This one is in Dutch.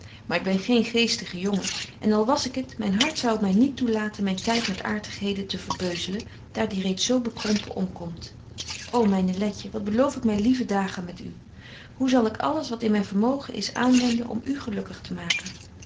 maar ik ben geen geestige jongen en al was ik het myn hart zou my niet toelaten myn tyd met aartigheden te verbeuzelen daar die reeds zo bekrompen omkomt ô myne letje wat beloof ik my lieve dagen met u hoe zal ik alles wat in myn vermogen is aanwenden om u gelukkig te maken